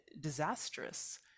disastrous